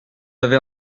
avez